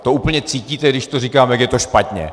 To úplně cítíte, když to říkám, jak je to špatně.